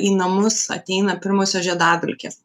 į namus ateina pirmosios žiedadulkės